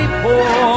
poor